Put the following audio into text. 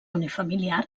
unifamiliar